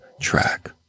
track